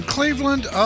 Cleveland